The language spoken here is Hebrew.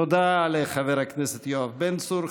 תודה לחבר הכנסת יואב בן צור.